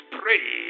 pray